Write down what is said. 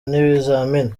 n’ibizamini